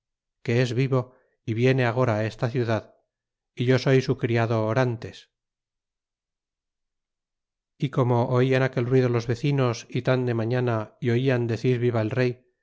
que es vivo é viene agora esta ciudad é yo soy su criado orantes y como oían aquel ruido los vecinos y tan de mañana é oían decir viva el rey